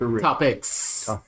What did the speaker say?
topics